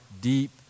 deep